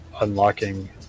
unlocking